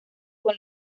con